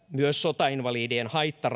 myös sotainvalidien haitta